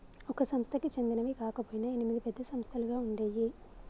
ఒక సంస్థకి చెందినవి కాకపొయినా ఎనిమిది పెద్ద సంస్థలుగా ఉండేయ్యి